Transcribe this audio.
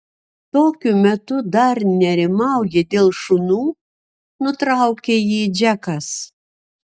tokiu metu dar nerimauji dėl šunų nutraukė jį džekas